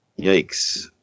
Yikes